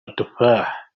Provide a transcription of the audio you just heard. التفاح